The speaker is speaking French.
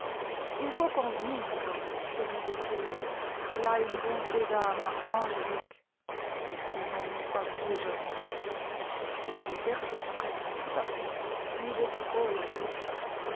il faut convenir se disait-il qu'elle a une bonté d'âme angélique et l'on n'est pas plus jolie il avait perdu presque tout à fait l'idée du rôle à jouer